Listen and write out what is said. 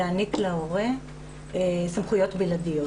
להעניק להורה סמכויות בלעדיות